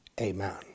amen